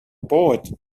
poet